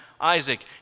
Isaac